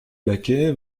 baquets